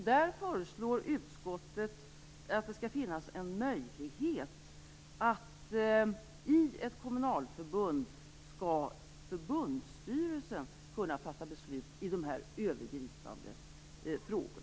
Där föreslår utskottet att det i ett kommunalförbund skall finnas möjlighet för förbundsstyrelsen att fatta beslut i dessa övergripande frågor.